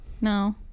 no